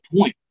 point